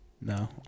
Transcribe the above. No